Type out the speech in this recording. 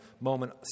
moment